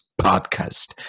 podcast